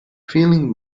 feeling